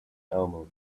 almond